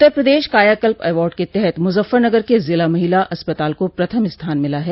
उत्तर Pradesh Kayakalp award के तहत मुजफ्फरनगर के जिला महिला अस्पताल को प्रथम स्थान मिला है